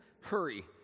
hurry